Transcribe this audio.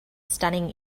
stunning